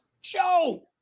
Joe